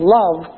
love